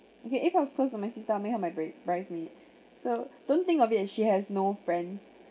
okay if I was close to my sister I may have bre~ bridesmaid so don't think of it as she has no friends